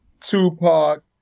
Tupac